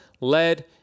lead